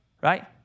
Right